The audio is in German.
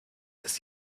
ist